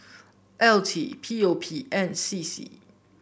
L T P O P and C C